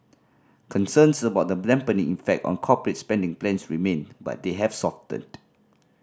concerns about the effect on corporate spending plans remain but they have softened